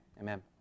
Amen